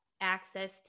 access